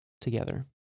together